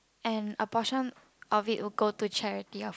and a portion of it will go to charity of